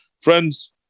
Friends